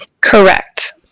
Correct